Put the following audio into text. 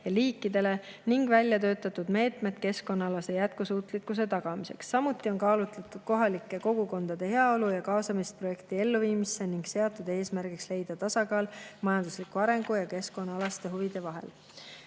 ja liikidele, samuti välja töötatud meetmed keskkonnaalase jätkusuutlikkuse tagamiseks. Samuti on kaalutud kohalike kogukondade heaolu ja kaasamist projekti elluviimisse ning seatud eesmärgiks leida tasakaal majandusliku arengu ja keskkonnaalaste huvide vahel.